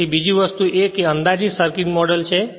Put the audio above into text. તેથી બીજી વસ્તુ એ અંદાજીત સર્કિટ મોડેલ છે